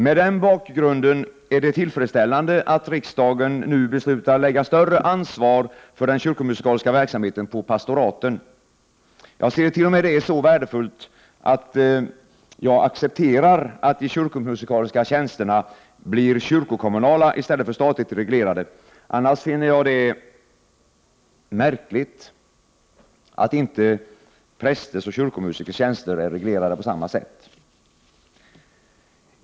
Med den bakgrunden är det tillfredsställande att riksdagen nu beslutar lägga större ansvar för den kyrkomusikaliska verksamheten på pastoraten. detta som så värdefullt att jag accepterar att de kyrkomusikaliska tjänsterna blir kyrkokommunala i stället för statligt reglerade. Jag finner det annars märkligt att inte prästers och kyrkomusikers tjänster är reglerade på samma sätt.